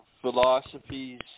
philosophies